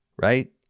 Right